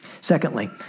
Secondly